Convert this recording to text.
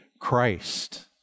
Christ